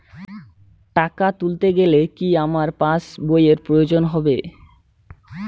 টাকা তুলতে গেলে কি আমার পাশ বইয়ের প্রয়োজন হবে?